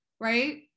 right